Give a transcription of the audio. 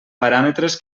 paràmetres